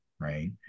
right